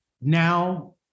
now